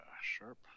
Sharp